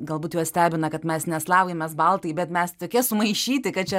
galbūt juos stebina kad mes ne slavai mes baltai bet mes tokie sumaišyti kad čia